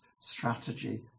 strategy